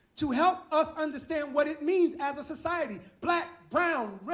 to help us understand what it means as a society black, brown,